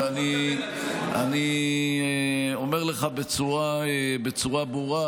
ואני אומר לך בצורה ברורה,